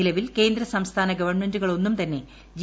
നിലവിൽ കേന്ദ്ര സംസ്ഥാന ഗവൺമെന്റുകളൊന്നും തന്നെ ജി